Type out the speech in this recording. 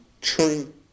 true